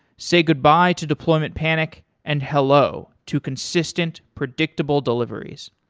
say goodbye to deployment panic and hello to consistent, predictable deliveries.